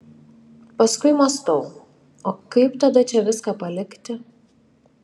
paskui mąstau o kaip tada čia viską palikti